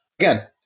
again